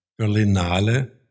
Berlinale